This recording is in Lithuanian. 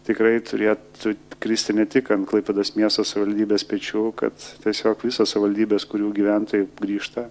tikrai turėtų kristi ne tik ant klaipėdos miesto savivaldybės pečių kad tiesiog visos savivaldybės kurių gyventojai grįžta